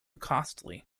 costly